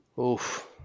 Oof